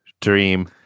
Dream